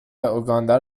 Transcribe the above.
اوگاندا